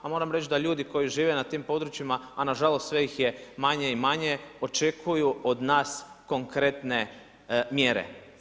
A moram reći da ljudi koji žive na tim područjima a nažalost sve ih je manje i manje očekuju od nas konkretne mjere.